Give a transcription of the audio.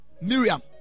Miriam